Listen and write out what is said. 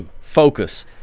focus